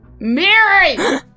Mary